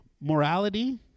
morality